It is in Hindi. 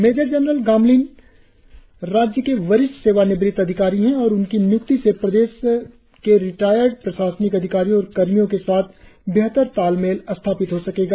मेजर जनरल गामलिन राज्य के वरिष्ठ सेवानिवृत्त अधिकारी है और उनकी निय्क्ति से प्रदेश के रिटायर्ड प्रशासनिक अधिकारियों और कर्मियों के साथ बेहतर तालमेल स्थापित हो सकेगा